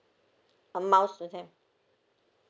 amounts to them